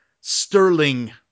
sterling